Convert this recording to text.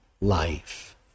life